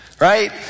Right